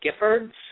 Giffords